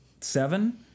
seven